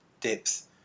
depth